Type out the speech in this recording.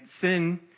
sin